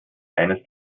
eines